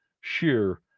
Sheer